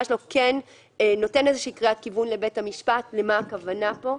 שלו כן נותן קריאת כיוון לבית המשפט למה הכוונה פה.